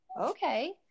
okay